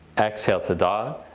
exhale to dog.